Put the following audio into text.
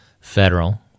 federal